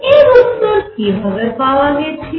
এর উত্তর কি ভাবে পাওয়া গেছিল